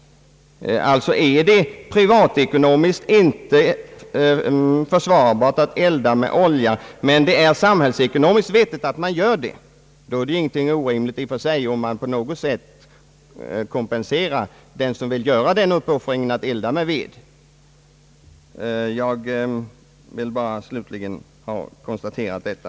Är det nämligen privatekonomiskt inte försvarbart, men samhällsekonomiskt vettigt att elda med ett visst bränsle, så är det ju inte orimligt att man kompenserar den som vill göra uppoffringen att elda med ved. Jag vill bara konstatera detta.